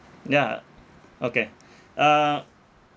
yeah okay uh